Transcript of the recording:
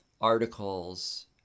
articles